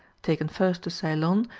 taken first to ceylon,